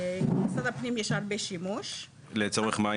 למשרד הפנים יש הרבה בשימוש --- לצורך מה?